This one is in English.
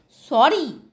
Sorry